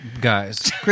guys